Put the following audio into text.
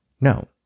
No